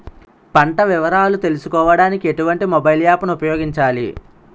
పంట వివరాలు తెలుసుకోడానికి ఎటువంటి మొబైల్ యాప్ ను ఉపయోగించాలి?